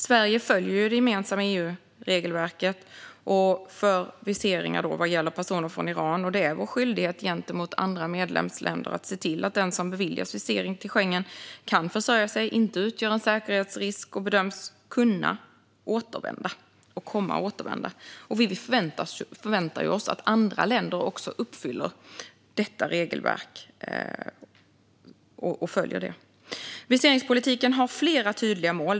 Sverige följer det gemensamma EU-regelverket, och det är vår skyldighet gentemot andra medlemsländer att se till att den som beviljas visum till Schengen kan försörja sig, inte utgör en säkerhetsrisk och avser att återvända. Vi förväntar oss att andra länder också följer detta regelverk. Viseringspolitiken har flera tydliga mål.